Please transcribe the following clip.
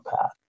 path